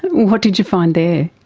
what did you find there?